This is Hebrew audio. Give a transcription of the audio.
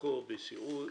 חלקו בשירות,